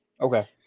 Okay